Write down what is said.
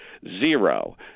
Zero